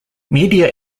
media